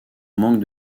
manque